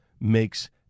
makes